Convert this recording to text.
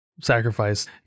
sacrifice